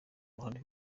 ruhande